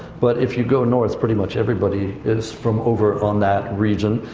but if you go north, pretty much everybody is from over on that region.